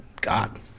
god